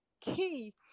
key